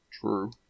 True